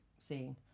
seeing